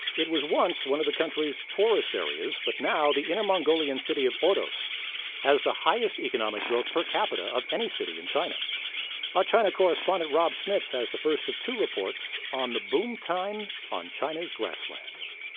it was once one of country's poorest areas, but now, the inner mongolian city of ordos has the highest economic growth per capita of any city in china our china correspondent rob schmitz has the first of two reports on the boomtime on china's grasslands.